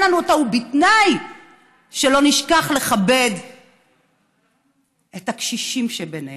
לנו אותה בתנאי שלא נשכח לכבד את הקשישים שבינינו,